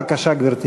אושרה כנדרש בשלוש